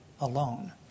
alone